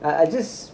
I I just